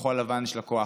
שכחול לבן, יש לה כוח.